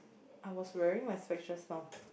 I was wearing my specs just now